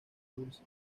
dulce